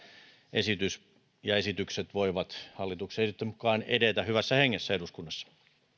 esitys ja esitykset voivat hallituksen esittämän mukaan edetä eduskunnassa hyvässä hengessä